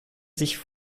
sich